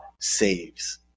saves